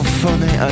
funny